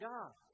God